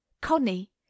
connie